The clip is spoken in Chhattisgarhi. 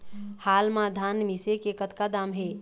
हाल मा धान मिसे के कतका दाम हे?